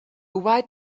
white